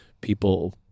people